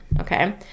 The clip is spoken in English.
okay